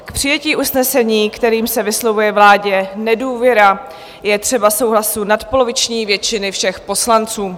K přijetí usnesení, kterým se vyslovuje vládě nedůvěra, je třeba souhlasu nadpoloviční většiny všech poslanců.